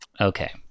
okay